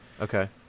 Okay